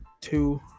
Two